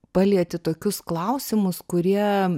palieti tokius klausimus kurie